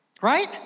right